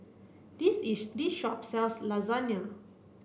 this this shop sells Lasagne